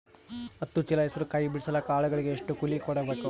ಹತ್ತು ಚೀಲ ಹೆಸರು ಕಾಯಿ ಬಿಡಸಲಿಕ ಆಳಗಳಿಗೆ ಎಷ್ಟು ಕೂಲಿ ಕೊಡಬೇಕು?